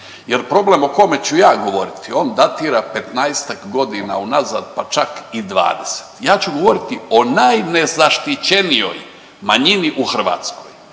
jer problem o kome ću ja govoriti, on datira 15-ak godina unazad pa čak i 20. Ja ću govoriti o najnezaštićenijoj manjini u Hrvatskoj